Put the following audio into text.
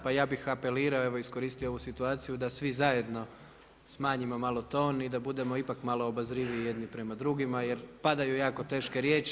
Pa ja bih apelirao, evo iskoristio ovu situaciju da svi zajedno smanjimo malo ton i da budemo ipak malo obazriviji jedni prema drugima, jer padaju jako teške riječi.